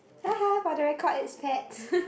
haha for the record it's pets